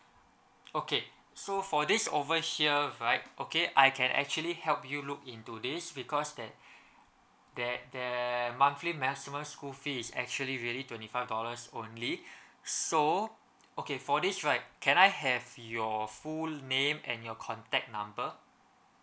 okay so for this over here right okay I can actually help you look into this because that that there monthly maximum school fees actually really twenty five dollars only so okay for this right can I have your full name and your contact number